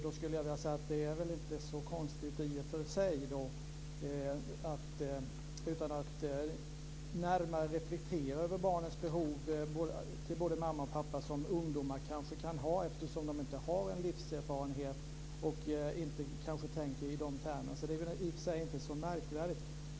Då skulle jag vilja säga att det är väl i och för sig inte så konstigt, utan att närmare reflektera över det behov av både mamma och pappa som ungdomar kan ha eftersom de inte har så stor livserfarenhet och kanske inte tänker i samma termer. Det är väl i och för sig inte så märkvärdigt.